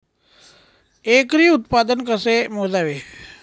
एकरी उत्पादन कसे मोजावे?